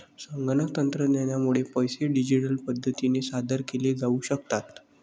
संगणक तंत्रज्ञानामुळे पैसे डिजिटल पद्धतीने सादर केले जाऊ शकतात